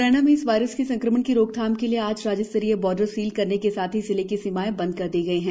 मुरैना में इस वायरस के संक्रमण की रोकथाम के लिए आज राज्य स्तरीय बार्डर सील करने के साथ ही जिले की सीमायें भी बंद कर दी गयी है